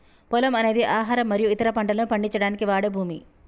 పొలము అనేది ఆహారం మరియు ఇతర పంటలను పండించడానికి వాడే భూమి